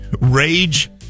rage